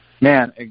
man